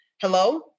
hello